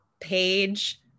page